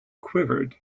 quivered